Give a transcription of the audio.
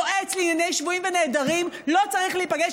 יועץ לענייני שבויים ונעדרים לא צריך להיפגש